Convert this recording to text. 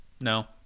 no